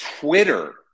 Twitter